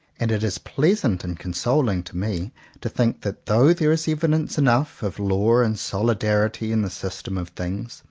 and it is pleasant and consoling to me to think that though there is evidence enough of law and solidarity in the system of things,